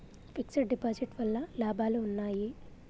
Fix డ్ deposit వల్ల లాభాలు ఉన్నాయి?